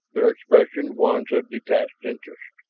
their expressions ones of detached interest.